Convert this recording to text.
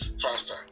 faster